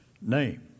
name